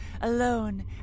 Alone